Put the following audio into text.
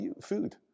food